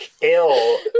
ill